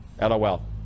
LOL